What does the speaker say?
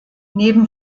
neben